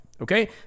Okay